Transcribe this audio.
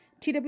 TW